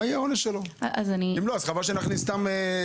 אם אין עונש, חבל שנכניס בחוק סתם מילים.